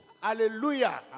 hallelujah